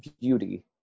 Beauty